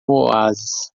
oásis